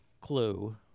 clue